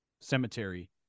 Cemetery